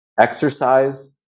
exercise